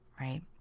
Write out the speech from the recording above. right